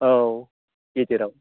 औ गेजेराव